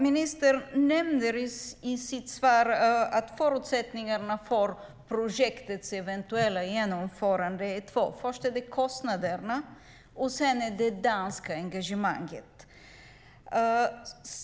Ministern nämner i sitt svar att förutsättningarna för projektets eventuella genomförande är två. Först är det kostnaderna och sedan det danska engagemanget.